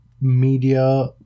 media